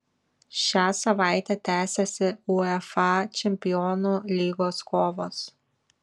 šią savaitę tęsiasi uefa čempionų lygos kovos